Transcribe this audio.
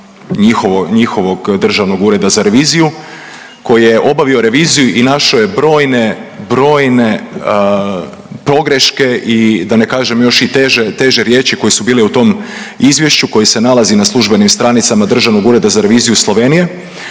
njihovog državnog ureda za reviziju koji je obavio reviziju i našao brojne, brojne pogreške i da ne kažem još i teže riječi koje su bile u tom izvješću koji se nalazi na službenim stranicama Državnog ureda za reviziju Slovenije,